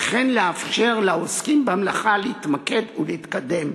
וכן לאפשר לעוסקים במלאכה להתמקד ולהתקדם